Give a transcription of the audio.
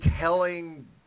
telling